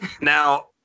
Now